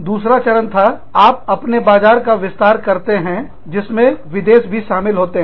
दूसरा चरण जब आप अपने बाजार का विस्तार करते हैं जिसमें विदेश भी शामिल होते हैं